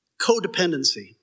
codependency